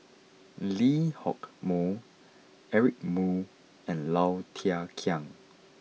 Lee Hock Moh Eric Moo and Low Thia Khiang